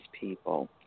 people